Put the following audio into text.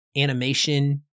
animation